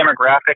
demographic